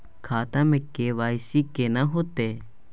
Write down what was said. खाता में के.वाई.सी केना होतै?